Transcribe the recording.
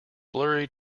blurry